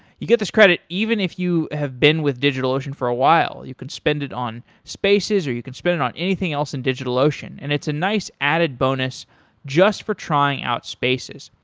you get this credit, even if you have been with digitalocean for a while. you could spend it on spaces or you could spend it on anything else in digitalocean. and it's a nice added bonus just for trying out spaces.